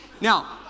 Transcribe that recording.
Now